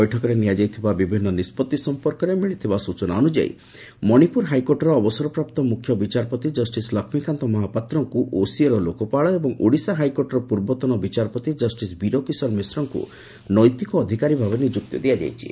ବୈଠକରେ ନିଆଯାଇଥିବା ବିଭିନ୍ନ ନିଷ୍ଟଭି ସମ୍ପର୍କରେ ମିଳିଥିବା ସୂଚନା ଅନୁଯାୟୀ ମଣିପୁର ହାଇକୋର୍ଟର ଅବସରପ୍ରାପ୍ତ ମୁଖ୍ୟ ବିଚାରପତି ଜଷିସ୍ ଲକ୍ଷୀକାନ୍ତ ମହାପାତ୍ରଙ୍କୁ ଓସିଏର ଲୋକପାଳ ଏବଂ ଓଡ଼ିଶା ହାଇକୋର୍ଟର ପୂର୍ବତନ ବିଚାରପତି ଜଷିସ୍ ବୀରକିଶୋର ମିଶ୍ରଙ୍କୁ ନୈତିକ ଅଧିକାରୀ ଭାବେ ନିଯୁକ୍ତି ଦିଆଯାଇଛି